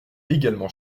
également